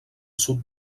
sud